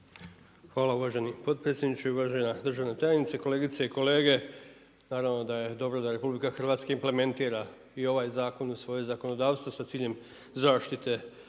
Hvala uvaženi potpredsjedniče. Uvažena državna tajnice, kolegice i kolege, naravno da je dobro da je RH implementira i ovaj zakon u svoje zakonodavstvo sa ciljem zaštite